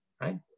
Right